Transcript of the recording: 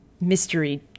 mystery